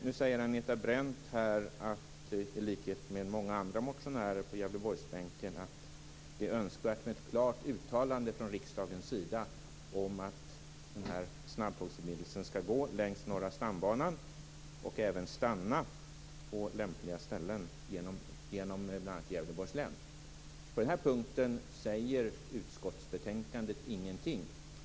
Nu säger Agneta Brendt, i likhet med många andra motionärer på Gävleborgsbänken, att det är önskvärt att få ett klart uttalande från riksdagens sida om att den här snabbtågsförbindelsen skall gå längs Norra stambanan och att snabbtågen skall stanna på lämpliga ställen, bl.a. i Gävleborgs län. På den punkten säger utskottsbetänkandet ingenting.